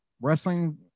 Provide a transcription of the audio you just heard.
wrestling